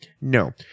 No